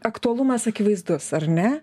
aktualumas akivaizdus ar ne